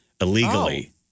illegally